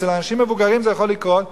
ואצל אנשים מבוגרים זה יכול לקרות,